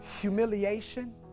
Humiliation